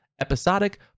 episodic